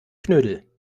knödel